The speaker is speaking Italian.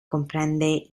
comprende